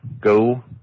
go